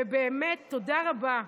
ובאמת, תודה רבה.